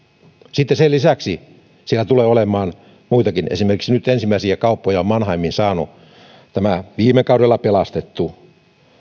sen lisäksi siellä tulee olemaan muitakin esimerkiksi nyt on ensimmäisiä kauppoja mannheimiin saanut viime kaudella pelastettu